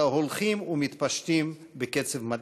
אלא הם הולכים ומתפשטים בקצב מדאיג.